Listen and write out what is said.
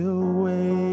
away